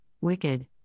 Wicked